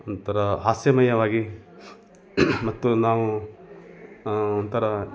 ಒಂಥರಾ ಹಾಸ್ಯಮಯವಾಗಿ ಮತ್ತು ನಾವು ಒಂಥರಾ